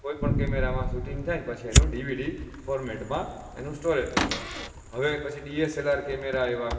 કોઈપણ કેમેરામાં શૂટિંગ થાયને પછી એનું ડીવીડી ફોર્મેટમાં એનું સ્ટોરેજ થતું હવે પછી ડીએસએલઆર કેમેરા આવ્યા